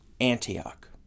Antioch